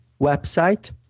website